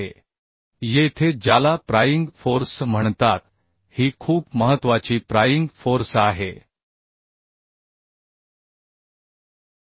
आता high strength friction grip बोल्टसाठी मी high strength friction grip bolt दुसरा फोर्स घेईन येथे ज्याला प्रायिंग फोर्स म्हणतात